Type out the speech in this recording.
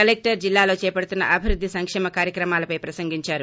collector జిల్లాలో చేపడుతున్న అభివృద్ది సంశేమ కార్యక్రమాలపై ప్రసంగించారు